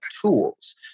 tools